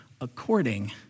according